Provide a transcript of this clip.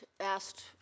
asked